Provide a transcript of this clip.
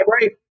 right